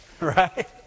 right